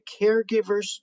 caregivers